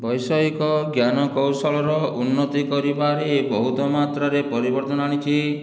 ବୈଷୟିକ ଜ୍ଞାନ କୌଶଳର ଉନ୍ନତି କରିବାରେ ବହୁତ ମାତ୍ରାରେ ପରିବର୍ତ୍ତନ ଆଣିଛି